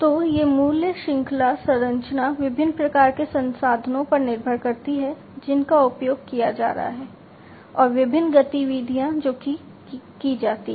तो ये मूल्य श्रृंखला संरचना विभिन्न प्रकार के संसाधनों पर निर्भर करती है जिनका उपयोग किया जा रहा है और विभिन्न गतिविधियाँ जो की जाती हैं